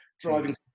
driving